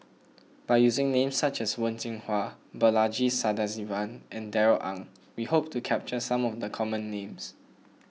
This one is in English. by using names such as Wen Jinhua Balaji Sadasivan and Darrell Ang we hope to capture some of the common names